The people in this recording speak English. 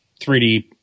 3d